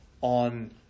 on